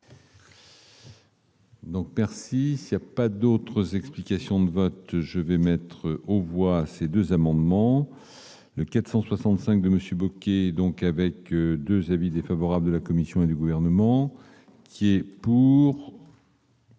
Donc merci, c'est pas d'autres explications de vote, je vais mettre, on voit ces 2 amendements de 465 de Monsieur Bocquet donc avec 2 avis défavorables de la Commission et du gouvernement qui est pour.